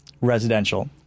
residential